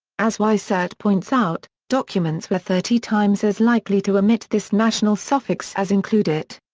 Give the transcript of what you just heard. as weisert points out, documents were thirty times as likely to omit this national suffix as include it.